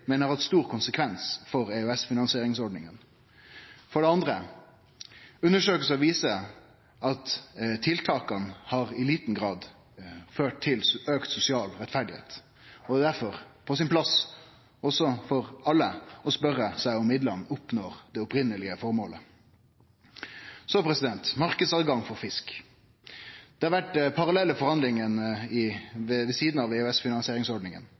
men har hatt stor konsekvens for EØS-finansieringsordninga. For det andre: Undersøkingar viser at tiltaka i liten grad har ført til auka sosial rettferd, og det er derfor på sin plass òg for alle å spørje seg om ein med midlane oppnår det opphavlege føremålet. Så til marknadstilgang for fisk. Det har der vore parallelle forhandlingar ved sida av